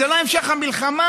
זה לא המשך המלחמה.